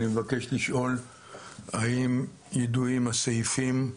אני מבקש לשאול האם ידועים הסעיפים,